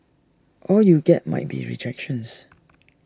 all you get might be rejections